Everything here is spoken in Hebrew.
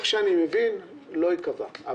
אני חושב שלא ייקבע.